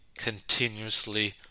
continuously